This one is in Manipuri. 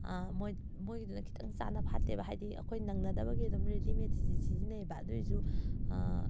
ꯃꯣꯏꯒꯤꯗꯨꯅ ꯈꯤꯇꯪ ꯆꯥꯟꯅꯐꯥꯠꯇꯦꯕ ꯍꯥꯏꯗꯤ ꯑꯩꯈꯣꯏ ꯅꯪꯅꯗꯕꯒꯤ ꯑꯗꯨꯝ ꯔꯦꯗꯤꯃꯦꯗꯁꯦ ꯁꯤꯖꯤꯟꯅꯩꯌꯦꯕ ꯑꯗꯨꯑꯣꯏꯁꯨ